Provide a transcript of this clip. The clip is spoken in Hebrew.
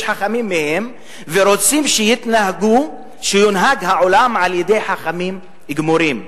חכמים מהם ורוצים שיתנהג העולם על-ידי חכמים גמורים.